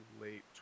late